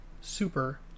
super